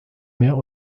mehr